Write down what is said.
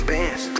Bands